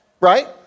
right